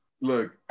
look